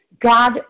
God